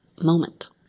moment